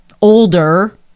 older